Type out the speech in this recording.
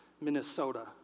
Minnesota